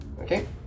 okay